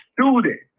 student